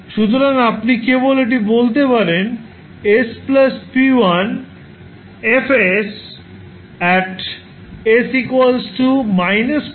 সুতরাং আপনি কেবল এটি বলতে পারেন 𝑠 𝑝1 𝐹 𝑠 𝑘1